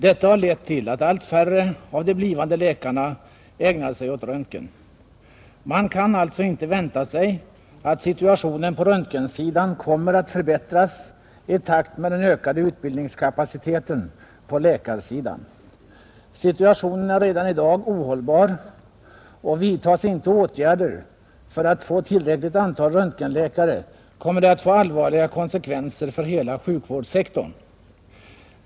Detta har lett till att allt färre av de blivande läkarna ägnar sig åt röntgen. Man kan alltså inte vänta sig att situationen på röntgensidan kommer att förbättras i takt med den ökade utbildningskapaciteten på läkarsidan. Situationen är redan i dag ohållbar, och vidtas inte åtgärder för att få tillräckligt antal röntgenläkare kommer det att ha allvarliga konsekvenser för hela sjukvårdssektorn.